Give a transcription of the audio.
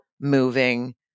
moving